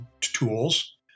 tools